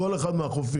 כל אחד מהחופים.